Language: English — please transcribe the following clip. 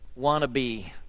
wannabe